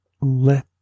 let